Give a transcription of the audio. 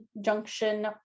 Junction